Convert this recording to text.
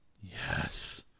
Yes